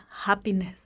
happiness